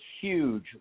huge